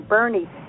Bernie